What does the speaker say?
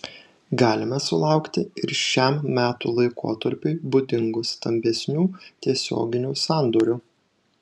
galime sulaukti ir šiam metų laikotarpiui būdingų stambesnių tiesioginių sandorių